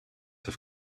have